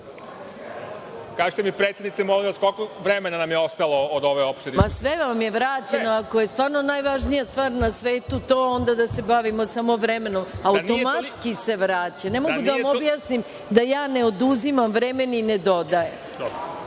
Kažite mi predsednice, molim vas, koliko vremena nam je ostalo od ove opšte diskusije? **Maja Gojković** Sve vam je vraćeno, ako je stvarno najvažnija stvar na svetu to, onda da se bavimo samo vremenom, automatski se vraća. Ne mogu da vam objasnim da ja ne oduzimam vreme ni ne dodajem.